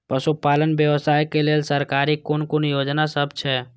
पशु पालन व्यवसाय के लेल सरकारी कुन कुन योजना सब छै?